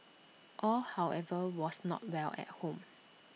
all however was not well at home